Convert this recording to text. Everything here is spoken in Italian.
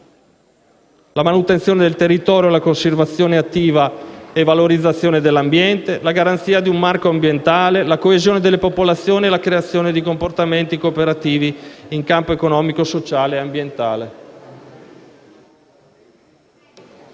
la manutenzione del territorio e la conservazione attiva e valorizzazione dell'ambiente, la garanzia di un marchio ambientale, la coesione della popolazione e la creazione di comportamenti cooperativi in campo economico, sociale e ambientale.